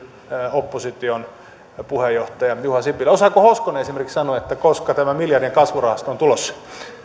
opposition puheenjohtaja juha sipilä osaako hoskonen esimerkiksi sanoa koska tämä miljardien kasvurahasto on tulossa